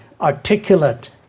articulate